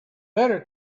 better